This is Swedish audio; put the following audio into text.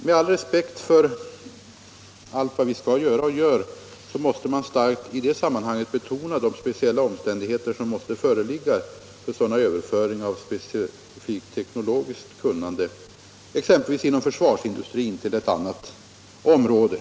Med all respekt för vad vi skall göra och gör måste man i detta sammanhang starkt betona de speciella omständigheter som måste föreligga för sådana överföringar av specifikt teknologiskt kunnande, exempelvis inom försvarsindustrin, till ett annat område.